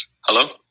Hello